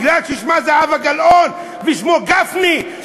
מכיוון ששמה זהבה גלאון ושמו גפני,